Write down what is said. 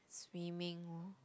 swimming orh